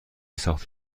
ساخته